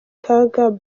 kaga